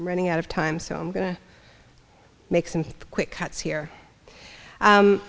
ning out of time so i'm going to make some quick cuts here